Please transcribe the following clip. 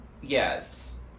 Yes